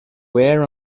wear